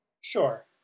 sure